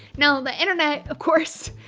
now, the internet of course,